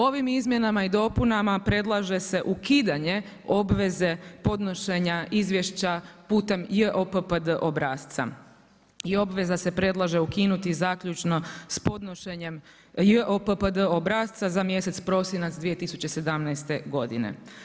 Ovim izmjenama i dopunama predlaže se ukidanje obveze podnošenja izvješća putem JOPPD obrasca i obveza se predlaže ukinuti zaključno s podnošenjem JOPPD obrasca za mjesec prosinac 2017. godine.